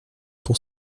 pour